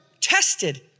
tested